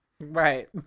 Right